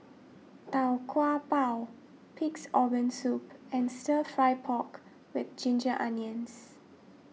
Tau Kwa Pau Pig's Organ Soup and Stir Fry Pork with Ginger Onions